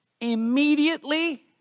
Immediately